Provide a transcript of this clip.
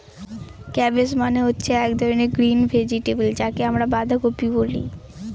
cabbage মানে হচ্ছে এক ধরনের গ্রিন ভেজিটেবল যাকে আমরা বাঁধাকপি বলে